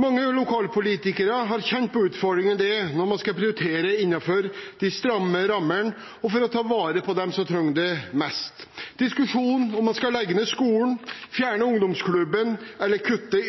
Mange lokalpolitikere har kjent på utfordringen det er når man skal prioritere innenfor de stramme rammene og ta vare på dem som trenger det mest – diskusjonen om man skal legge ned skolen, fjerne ungdomsklubben eller kutte